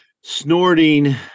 snorting